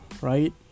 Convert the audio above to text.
right